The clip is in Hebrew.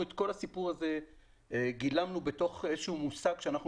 את כל הסיפור הזה גילמנו בתוך איזשהו מושג שאנחנו